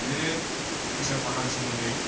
बिदिनो फैसा थाखानि सोमोन्दोयै